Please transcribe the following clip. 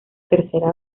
tercera